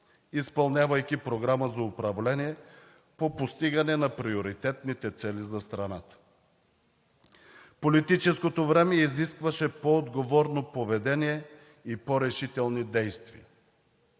изпълнявайки програма за управление по постигане на приоритетните цели за страната. Политическото време изискваше по-отговорно поведение и по решителни действия.